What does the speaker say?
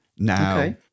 Now